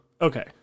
Okay